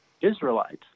Israelites